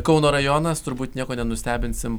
kauno rajonas turbūt nieko nenustebinsim